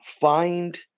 find –